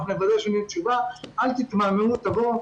אל תתמהמהו, תבואו.